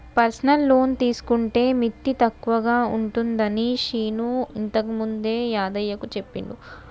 personal loan తీసుకుంటే మిత్తి తక్కువగా ఉంటుందని శీను ఇంతకుముందే యాదయ్యకు చెప్పిండు